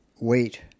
wait